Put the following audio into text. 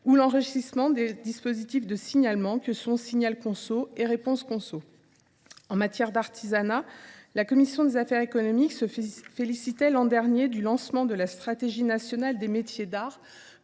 ou l’enrichissement des dispositifs de signalement SignalConso et RéponseConso. Concernant l’artisanat, la commission des affaires économiques se félicitait l’an dernier du lancement de la stratégie nationale pour les métiers d’art,